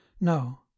no